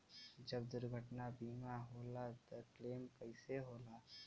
जब दुर्घटना बीमा होला त क्लेम कईसे होला?